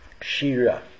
shira